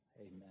Amen